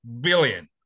billion